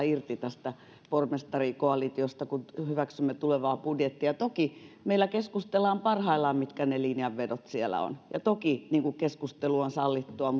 irti tästä pormestarikoalitiosta kun hyväksymme tulevaa budjettia toki meillä keskustellaan parhaillaan siitä mitkä ne linjanvedot siellä ovat ja toki keskustelu on sallittua